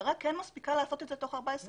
והמשטרה כן מספיקה לעשות את זה תוך 14 ימים,